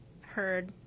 heard